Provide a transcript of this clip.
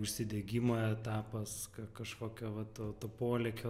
užsidegimo etapas kažkokio vat to to polėkio